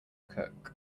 cook